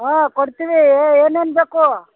ಹಾಂ ಕೊಡ್ತೀವಿ ಏನೇನು ಬೇಕು